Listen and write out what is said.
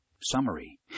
Summary